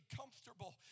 comfortable